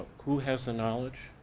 who has the knowledge,